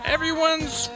Everyone's